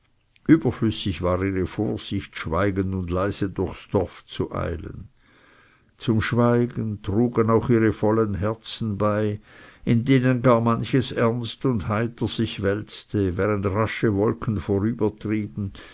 überflüssig war ihre vorsicht schweigend und leise durchs dorf zu eilen zum schweigen trugen auch ihre vollen herzen bei in denen gar manches ernst und heiter sich wälzte während rasche wolken